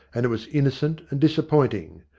and it was innocent and disappointing.